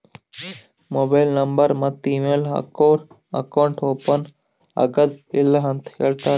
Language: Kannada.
ಮೊಬೈಲ್ ನಂಬರ್ ಮತ್ತ ಇಮೇಲ್ ಹಾಕೂರ್ ಅಕೌಂಟ್ ಓಪನ್ ಆಗ್ಯಾದ್ ಇಲ್ಲ ಅಂತ ಹೇಳ್ತಾರ್